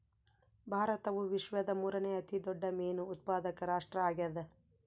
ಭಾರತವು ವಿಶ್ವದ ಮೂರನೇ ಅತಿ ದೊಡ್ಡ ಮೇನು ಉತ್ಪಾದಕ ರಾಷ್ಟ್ರ ಆಗ್ಯದ